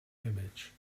image